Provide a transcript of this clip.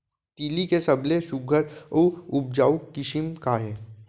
तिलि के सबले सुघ्घर अऊ उपजाऊ किसिम का हे?